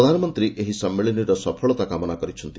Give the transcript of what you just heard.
ପ୍ରଧାନମନ୍ତ୍ରୀ ଏହି ସମ୍ମିଳନୀର ସଫଳତା କାମନା କରିଛନ୍ତି